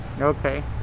Okay